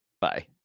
Bye